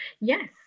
yes